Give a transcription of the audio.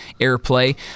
airplay